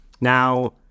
Now